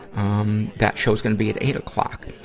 um, that show's gonna be at eight o'clock.